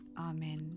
Amen